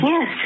Yes